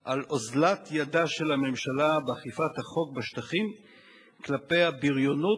על אוזלת ידה של הממשלה באכיפת החוק בשטחים כלפי הבריונות